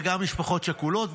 וגם משפחות שכולות,